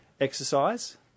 exercise